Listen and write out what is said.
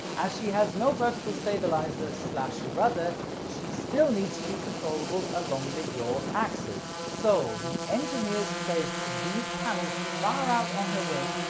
as she has no vertical stabilizer so ah so rudder, she still needs to be controllable along the yaw axis. so the engineers placed these panels far out on her wing.